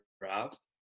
draft